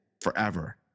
forever